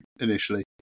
initially